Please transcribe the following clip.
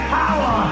power